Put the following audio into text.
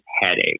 headache